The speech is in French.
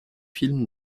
film